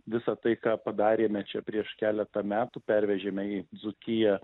visa tai ką padarėme čia prieš keletą metų pervežėme į dzūkiją